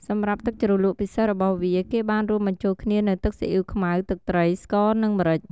សម្រាប់ទឹកជ្រលក់ពិសេសរបស់វា គេបានរួមបញ្ចូលគ្នានូវទឹកស៊ីអ៉ីវខ្មៅ ទឹកត្រី ស្ករ និងម្រេច